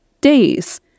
days